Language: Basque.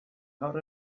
gaur